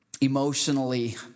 emotionally